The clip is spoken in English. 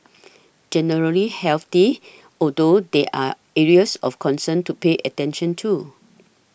generally healthy although there are areas of concern to pay attention to